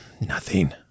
Nothing